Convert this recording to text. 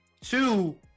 Two